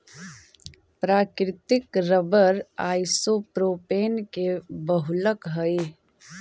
प्राकृतिक rubber isopropene के बहुलक हई